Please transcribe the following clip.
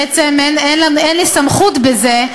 בעצם אין לי סמכות בזה,